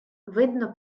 видно